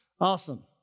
Awesome